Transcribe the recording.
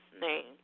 name